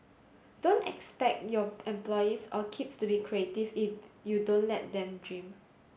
don't expect your employees or kids to be creative if you don't let them dream